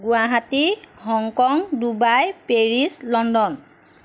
Guwahati Hong Kong Dubai Paris London